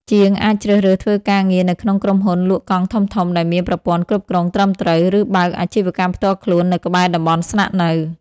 ជាងអាចជ្រើសរើសធ្វើការងារនៅក្នុងក្រុមហ៊ុនលក់កង់ធំៗដែលមានប្រព័ន្ធគ្រប់គ្រងត្រឹមត្រូវ ឬបើកអាជីវកម្មផ្ទាល់ខ្លួននៅក្បែរតំបន់ស្នាក់នៅ។